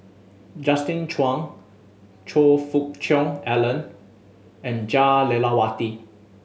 Justin Zhuang Choe Fook Cheong Alan and Jah Lelawati